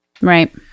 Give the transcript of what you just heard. right